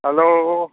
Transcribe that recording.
hello